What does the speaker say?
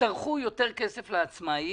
יצטרכו יותר כסף לעצמאים,